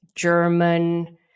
German